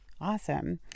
Awesome